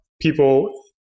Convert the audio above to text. people